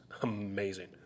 amazing